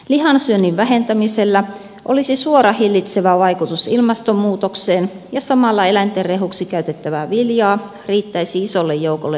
lihan syönnin vähentämisellä olisi suora hillitsevä vaikutus ilmastonmuutokseen ja samalla eläinten rehuksi käytettävää viljaa riittäisi isolle joukolle ihmisiä